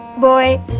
Boy